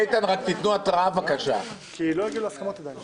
הישיבה ננעלה בשעה 11:47.